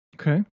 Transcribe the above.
Okay